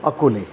Akole